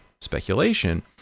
speculation